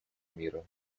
мира